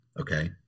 okay